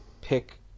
pick